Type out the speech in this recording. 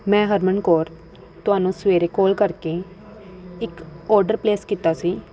ਮੈਂ ਹਰਮਨ ਕੌਰ ਤੁਹਾਨੂੰ ਸਵੇਰੇ ਕਾਲ ਕਰਕੇ ਇੱਕ ਆਰਡਰ ਪਲੇਸ ਕੀਤਾ ਸੀ